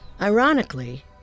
Ironically